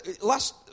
last